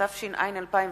התש"ע 2010,